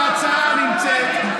ההצעה נמצאת.